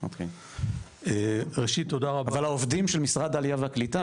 אבל העובדים של משרד העלייה והקליטה,